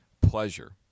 pleasure